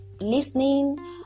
listening